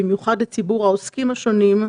במיוחד לציבור העוסקים השונים,